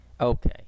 Okay